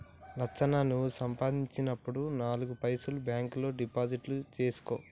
లచ్చన్న నువ్వు సంపాదించినప్పుడు నాలుగు పైసలు బాంక్ లో డిపాజిట్లు సేసుకో